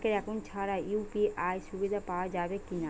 Bank account ছাড়া UPI সুবিধা পাওয়া যাবে কি না?